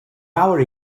our